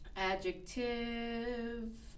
Adjective